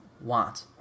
want